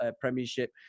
premiership